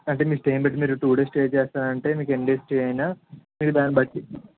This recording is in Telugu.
అంటే మీ స్టేని బట్టి మీరు టు డేస్ స్టే చేస్తారంటే మీకు ఎన్ని డేస్ స్టే అయిన మీకు దాన్ని బట్టి